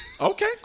Okay